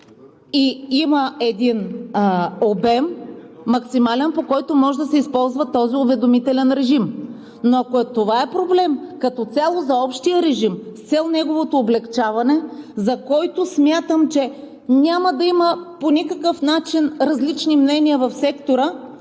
и има един максимален обем, по който може да се използва този уведомителен режим. Но ако това е проблем като цяло за общия режим с цел неговото облекчаване, за който смятам, че няма да има по никакъв начин различни мнения в сектора,